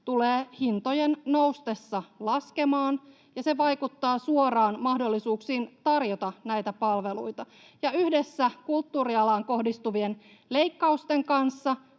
tulee hintojen noustessa laskemaan, ja se vaikuttaa suoraan mahdollisuuksiin tarjota näitä palveluita. Yhdessä kulttuurialaan kohdistuvien leikkausten kanssa